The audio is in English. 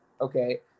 okay